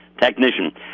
technician